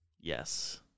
Yes